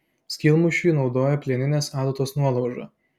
skylmušiui naudojo plieninės adatos nuolaužą